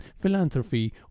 philanthropy